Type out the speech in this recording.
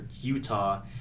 Utah